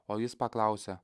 o jis paklausė